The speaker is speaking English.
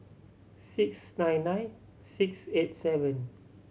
six nine nine six eight seven